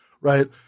right